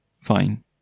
Fine